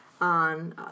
on